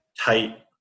tight